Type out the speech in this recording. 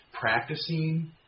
practicing